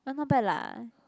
uh not bad lah